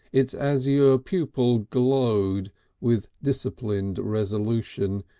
its azure pupil glowed with disciplined resolution.